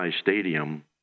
Stadium